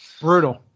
brutal